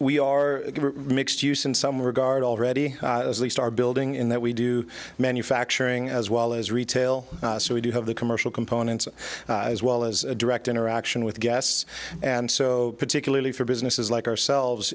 we are mixed use in some regard already least our building in that we do manufacturing as well as retail so we do have the commercial components as well as direct interaction with guests and so particularly for businesses like ourselves